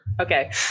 Okay